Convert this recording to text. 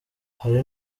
hari